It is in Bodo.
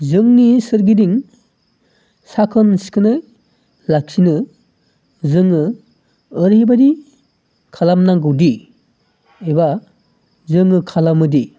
जोंनि सोरगिदिं साखोन सिखोनै लाखिनो जोङो ओरैबायदि खालामनांगौ दि एबा जोङो खालामो दि